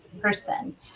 person